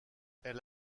elle